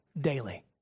Daily